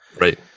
Right